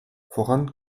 voran